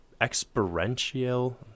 experiential